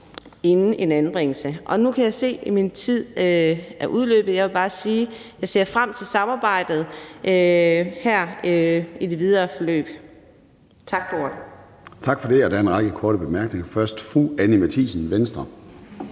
inden en anbringelse. Og nu kan jeg se, at min tid er udløbet, så jeg vil bare sige, at jeg ser frem til samarbejdet i det videre forløb. Tak for ordet. Kl. 13:34 Formanden (Søren Gade): Tak for det. Der er en række korte bemærkninger. Først er det fru Anni Matthiesen, Venstre.